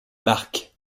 marc